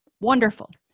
Wonderful